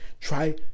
try